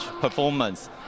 performance